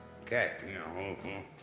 Okay